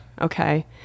okay